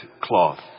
cloth